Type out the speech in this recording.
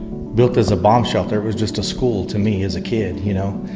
built as a bomb shelter. it was just a school to me as a kid, you know?